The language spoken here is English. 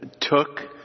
Took